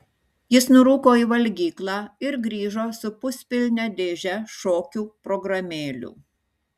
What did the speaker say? jis nurūko į valgyklą ir grįžo su puspilne dėže šokių programėlių